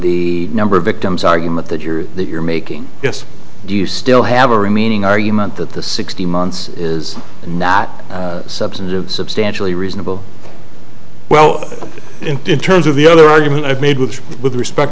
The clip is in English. the number of victims argument that you're that you're making yes do you still have a remaining argument that the sixty months is not substantive substantially reasonable well in terms of the other argument i've made which with respect